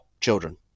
children